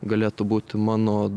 galėtų būti mano